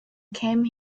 came